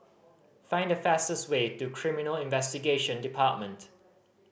find the fastest way to Criminal Investigation Department